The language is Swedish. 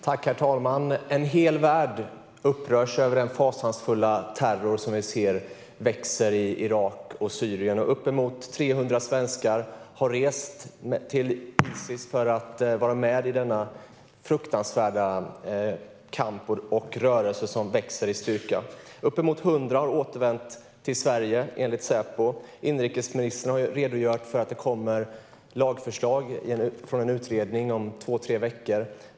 Herr talman! En hel värld upprörs av den fasansfulla terror som vi ser växa i Irak och Syrien. Uppemot 300 svenskar har rest till Isis för att vara med i denna fruktansvärda kamp och rörelse som växer i styrka. Uppemot 100 av dessa har återvänt till Sverige, enligt Säpo. Inrikesministern har redogjort för att det kommer lagförslag från en utredning om två tre veckor.